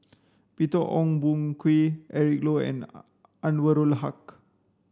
Peter Ong Boon Kwee Eric Low and Anwarul Haque